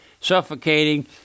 suffocating